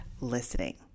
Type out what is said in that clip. listening